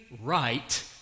right